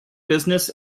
business